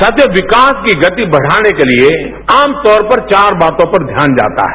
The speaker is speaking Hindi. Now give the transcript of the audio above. सधे विकास की गति बढ़ाने के लिए आम तौर पर चार बातों पर ध्यान जाता है